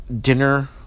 dinner